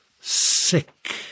sick